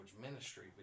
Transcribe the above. ministry